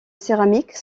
céramique